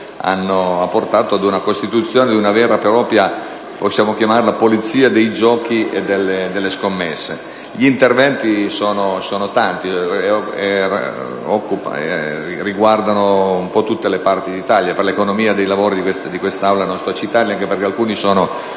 hanno portato alla costituzione di una vera e propria polizia dei giochi e delle scommesse. Gli interventi sono tanti e riguardano tutte le parti d'Italia; per l'economia dei lavori di quest'Aula non sto a citarli, anche perché alcuni sono